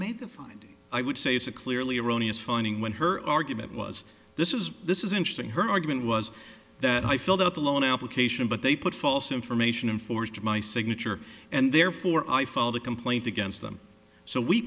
made the finding i would say it's a clearly erroneous finding when her argument was this is this is interesting her argument was that i filled out the loan application but they put false information and forged my signature and therefore i filed a complaint against them so we